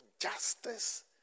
justice